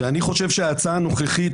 ואני חושב שההצעה הנוכחית,